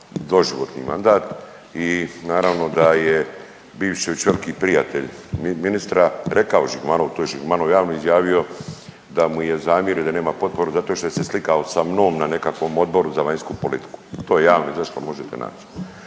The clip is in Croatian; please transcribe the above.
doživotni mandat i naravno da je Biščević veliki prijatelj ministra rekao Žigmanov, to je Žigmanov javno izjavio da mu je zamjerio i da nema potporu zato što se je slikao sa mnom na nekakvom odboru za vanjsku politiku. To je javno izašlo možete naći.